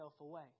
away